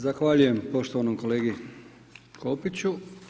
Zahvaljujem poštovanom kolegi Kopiću.